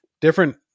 different